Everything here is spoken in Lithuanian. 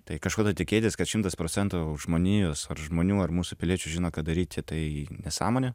tai kažko tai tikėtis kad šimtas procentų žmonijos ar žmonių ar mūsų piliečių žino ką daryti tai nesąmonė